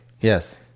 Yes